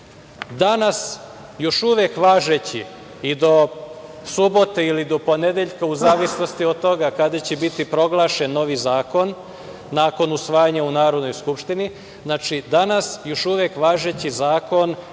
Danas još uvek važeći i do subote ili do ponedeljka, u zavisnosti od toga kada će biti proglašen novi zakon nakon usvajanja u Narodnoj skupštini, znači, danas još uvek važeći Zakon